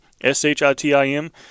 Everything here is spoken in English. S-H-I-T-I-M